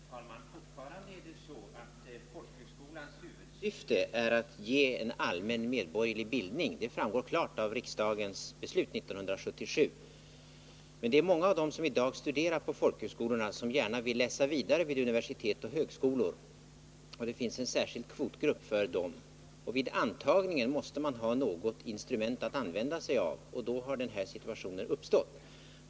Herr talman! Fortfarande är det så att folkhögskolans huvudsyfte är att ge allmän medborgerlig bildning, och det framgår klart av riksdagens beslut 1977. Det är många av dem som i dag studerar vid folkhögskolorna som gärna vill läsa vidare vid universitet och högskolor, och det finns en särskild kvotgrupp för dem. Vid antagningen måste man ha något instrument att använda sig av, och då har denna situation uppstått.